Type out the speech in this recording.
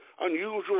unusual